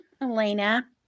elena